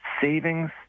savings